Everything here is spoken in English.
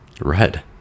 Red